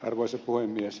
arvoisa puhemies